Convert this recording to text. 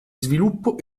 sviluppo